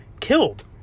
killed